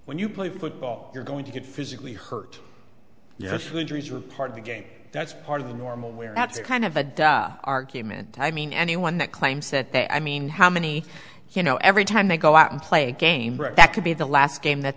when you play football you're going to get physically hurt yes were injuries are part of the game that's part of the normal where that's kind of a die argument i mean anyone that claims that they i mean how many you know every time they go out and play a game that could be the last game that